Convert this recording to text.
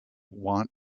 want